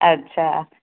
अछा